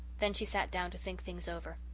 then she sat down to think things over.